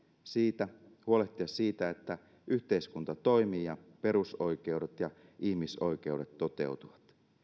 huolehtia siitä että yhteiskunta toimii ja perusoikeudet ja ihmisoikeudet toteutuvat